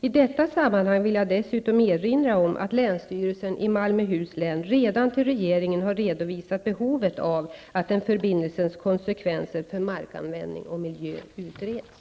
I detta sammanhang vill jag dessutom erinra om att länsstyrelsen i Malmöhus län redan till regeringen har redovisat behovet av att en förbindelses konsekvenser för markanvändning och miljö utreds.